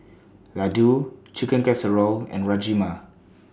Ladoo Chicken Casserole and Rajma